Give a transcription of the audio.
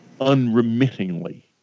unremittingly